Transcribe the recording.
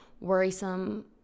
worrisome